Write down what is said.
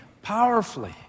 powerfully